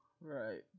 Right